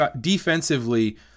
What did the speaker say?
defensively